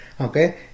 okay